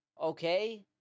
Okay